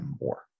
more